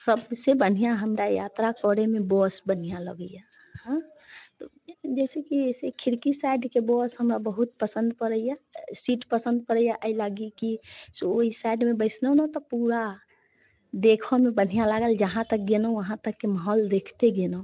सबसे बढ़िआँ हमरा यात्रा करैमे बस बढ़िआँ लगैइए हँ जैसे की खिड़की साइडके बस हमरा बहुत पसन्द पड़ैये सीट पसन्द पड़ैयऽ अइ लागी की ओइ साइडमे बैसलहुँ तऽ पूरा देखऽमे बन्हिआँ लागल जहाँ तक गेलहुँ वहाँ तक माहौल देखते गेलौं